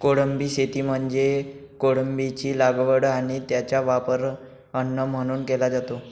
कोळंबी शेती म्हणजे कोळंबीची लागवड आणि त्याचा वापर अन्न म्हणून केला जातो